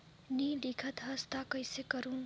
नी लिखत हस ता कइसे करू?